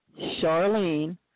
Charlene